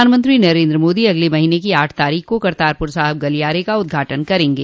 प्रधानमंत्री नरेन्द्र मोदी अगले महीने की आठ तारीख को करतारपूर गलियारे का उद्घाटन करेंगे